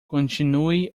continue